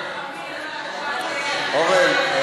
אורן,